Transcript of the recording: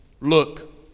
Look